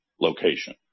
location